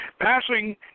Passing